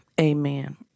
Amen